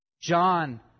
John